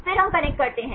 फिर हम कनेक्ट करते हैं